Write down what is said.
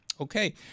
Okay